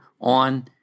on